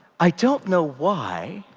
i don't know why.